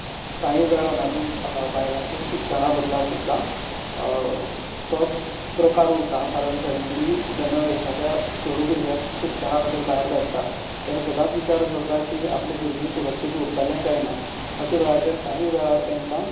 कांय वेळान आनी बायलांचे शिक्षण बदलांक सुद्दां तोच प्रकार उरता कारण फेमिली जेन्ना एकाद्या चेडूं भुरग्यांक शिक्षणां खातीर भायर धाडटात तेन्ना सदांच विचार करता की आपले भुरगें सुरक्षीत उरतलें कांय ना अशें वेळाचेर कांय वेळार तेंकां